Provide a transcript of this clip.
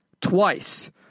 Twice